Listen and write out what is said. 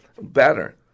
better